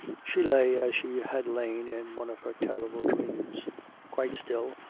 she lay as she had lain in one of her terrible dreams quite still,